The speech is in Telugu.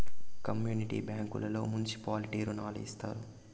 కమ్యూనిటీ బ్యాంకుల్లో మున్సిపాలిటీ రుణాలు ఇత్తారు